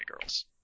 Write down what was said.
girls